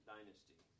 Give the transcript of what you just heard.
Dynasty